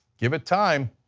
give it time.